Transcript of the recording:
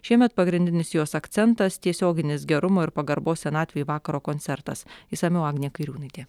šiemet pagrindinis jos akcentas tiesioginis gerumo ir pagarbos senatvei vakaro koncertas išsamiau agnė kairiūnaitė